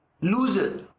loser